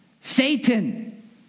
Satan